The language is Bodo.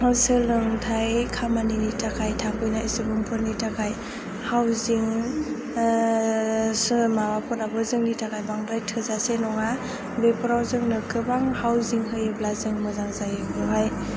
सोलोंथाय खामानिनि थाखाय थाफैनाय सुबुंफोरनि थाखाय हाउसिंं माबाफोराबो जोंनि थाखाय बांद्राय थोजासे नङा बेफोराव जोंनो गोबां हाउसिंं होयोब्ला जोंनि मोजां जाहैगोन